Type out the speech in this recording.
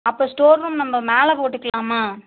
அப்போ store room நம்ப மேலே போட்டுக்கலாமா